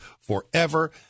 forever